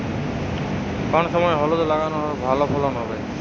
কোন সময় হলুদ লাগালে ভালো ফলন হবে?